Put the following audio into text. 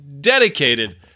dedicated